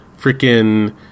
freaking